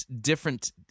different